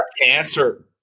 cancer